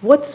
what's